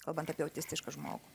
kalbant apie autistišką žmogų